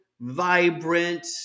vibrant